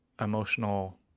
emotional